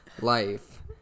life